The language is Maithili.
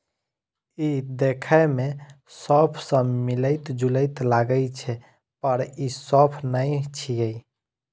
ई देखै मे सौंफ सं मिलैत जुलैत लागै छै, पर ई सौंफ नै छियै